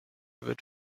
wird